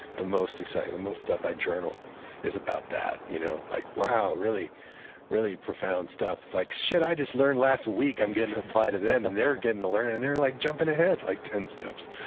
the most exciting. the most stuff i journal is about that. you know like wow, really really profound stuff. it's like shit i just learned last week i'm getting to apply to them, and they're getting to learn it and they're like jumping ahead like ten steps.